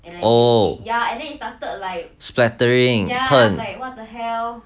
oh splattering